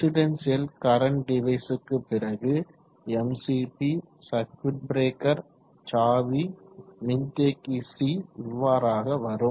residential current device க்கு பிறகு MCB circuit breaker சாவி மின் தேக்கி C இவ்வாறாக வரும்